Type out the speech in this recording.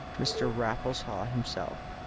mr. raffles haw himself.